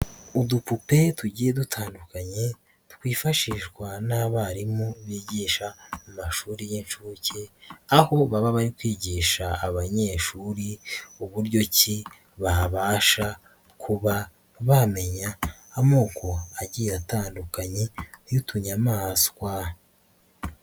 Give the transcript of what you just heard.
Udupupe tugiye dutandukanye twifashishwa n'abarimu bigisha mu mashuri y'inshuke, aho baba bari kwigisha abanyeshuri uburyo ki babasha kuba bamenya amoko agiye atandukanye y'utunyamaswa.